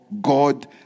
God